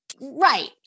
right